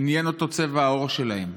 עניין אותו צבע העור שלהם.